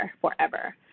forever